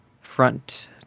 front